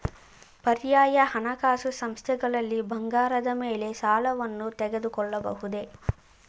ಪರ್ಯಾಯ ಹಣಕಾಸು ಸಂಸ್ಥೆಗಳಲ್ಲಿ ಬಂಗಾರದ ಮೇಲೆ ಸಾಲವನ್ನು ತೆಗೆದುಕೊಳ್ಳಬಹುದೇ?